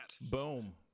Boom